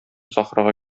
сахрага